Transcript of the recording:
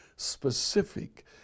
Specific